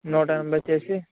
నూట ఎనభై చేసి